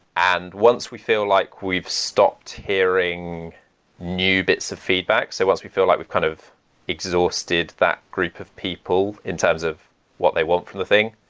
and once we feel like we've stopped hearing new bits of feedback, so once we feel like we've kind of exhausted that group of people in terms of what they want from the thing,